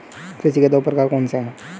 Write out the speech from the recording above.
कृषि के दो प्रकार कौन से हैं?